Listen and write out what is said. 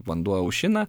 vanduo aušina